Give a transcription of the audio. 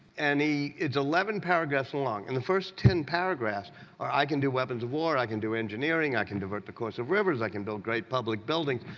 and it's eleven paragraphs long and the first ten paragraphs are, i can do weapons of war. i can do engineering. i can divert the course of rivers. i can build great public buildings.